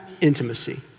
intimacy